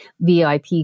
VIP